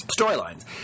storylines